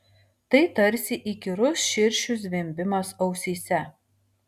tai tarsi įkyrus širšių zvimbimas ausyse